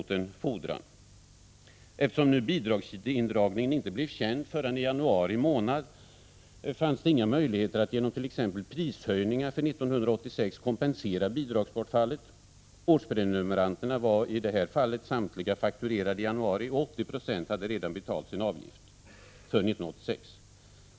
Eftersom bidragsindragningen inte blev känd förrän i januari månad fanns det inga möjligheter att genom t.ex. prishöjningar för 1986 kompensera bidragsbortfallet. Årsprenumeranterna var i det här fallet samtliga fakturerade i januari och 80 96 hade redan betalat sin avgift för 1986.